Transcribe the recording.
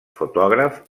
fotògraf